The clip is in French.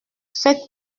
faites